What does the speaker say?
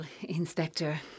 Inspector